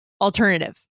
alternative